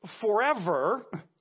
forever